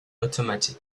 automatic